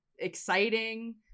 exciting